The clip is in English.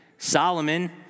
Solomon